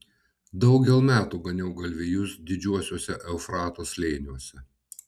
daugel metų ganiau galvijus didžiuosiuose eufrato slėniuose